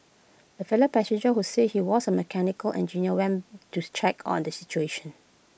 A fellow passenger who said he was A mechanical engineer went to check on the situation